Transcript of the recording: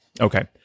Okay